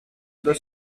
the